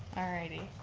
alrighty.